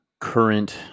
current